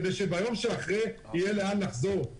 כדי שביום שאחרי יהיה לאן לחזור,